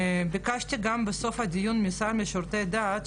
ביקשתי גם בסוף הדיון מהמשרד לשירותי דת,